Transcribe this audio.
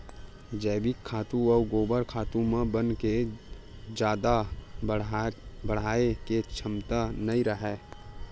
जइविक खातू अउ गोबर खातू म बन के जादा बाड़हे के छमता नइ राहय